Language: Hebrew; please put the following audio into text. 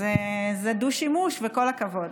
אז זה דו-שימוש, וכל הכבוד.